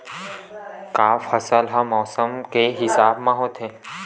का फसल ह मौसम के हिसाब म होथे?